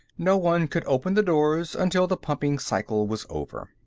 no one could open the doors until the pumping cycle was over.